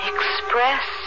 Express